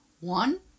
One